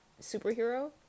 superhero